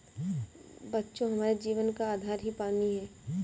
बच्चों हमारे जीवन का आधार ही पानी हैं